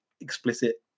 explicit